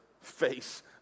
face